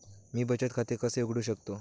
मी बचत खाते कसे उघडू शकतो?